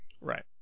right